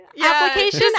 application